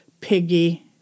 Piggy